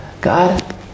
God